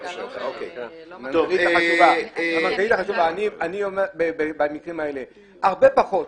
אני חושב שבהרבה פחות